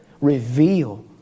reveal